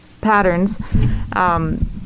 patterns